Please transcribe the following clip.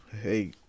hey